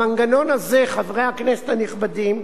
המנגנון הזה, חברי הכנסת הנכבדים,